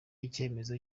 icyemezo